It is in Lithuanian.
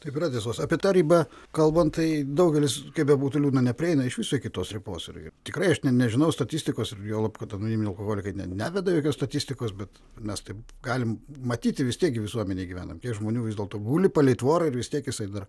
taip yra tiesos apie tą ribą kalbant tai daugelis kaip bebūtų liūdna neprieina iš viso iki tos ribos ir ir tikrai aš nežinau statistikos juolab kad anoniminiai alkoholikai neveda jokios statistikos bet mes taip galim matyti vis tiek gi visuomenėje gyvenam kiek žmonių vis dėlto guli palei tvorą ir vis tiek jisai dar